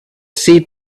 see